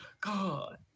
God